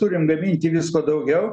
turim gaminti visko daugiau